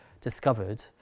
discovered